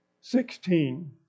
sixteen